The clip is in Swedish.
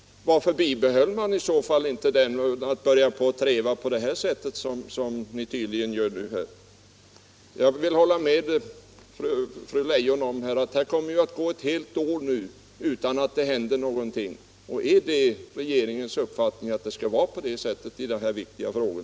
Varför börjar man plötsligt treva på det sätt som nu tydligen sker? Jag håller med fru Leijon när hon påstår att det kommer att gå ett helt år utan att någonting händer. Är det regeringens uppfattning att det skall vara på det sättet i dessa viktiga frågor?